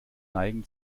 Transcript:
neigen